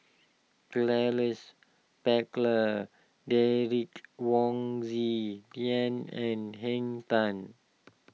Charles Paglar Derek Wong Zi Liang and Henn Tan